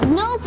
no